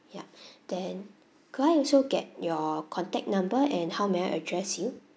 yup then could I also get your contact number and how may I address you